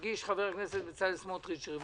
הגישו חברי הכנסת סמוטריץ ופורר